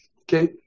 Okay